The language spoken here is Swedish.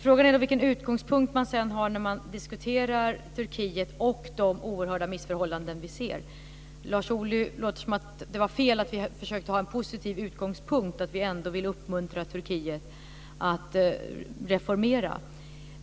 Frågan är vilken utgångspunkt man sedan har när man diskuterar Turkiet och de oerhörda missförhållanden som vi ser. På Lars Ohly låter det som att det var fel att vi försökte ha en positiv utgångspunkt, att vi ändå vill uppmuntra Turkiet att reformera.